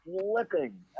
Flipping